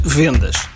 vendas